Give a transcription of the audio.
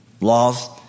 laws